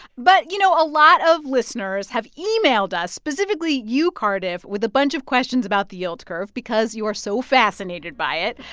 but, you know, a lot of listeners have emailed us, specifically you, cardiff, with a bunch of questions about the yield curve because you are so fascinated by it.